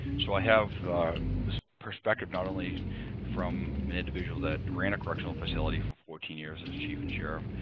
so i have this perspective not only from an individual that ran a correctional facility for fourteen years as chief and sheriff,